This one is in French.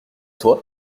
toi